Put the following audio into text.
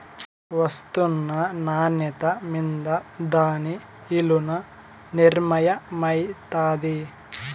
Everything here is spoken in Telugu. ఒస్తున్న నాన్యత మింద దాని ఇలున నిర్మయమైతాది